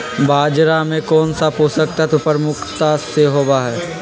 बाजरा में कौन सा पोषक तत्व प्रमुखता से होबा हई?